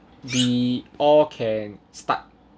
we all can start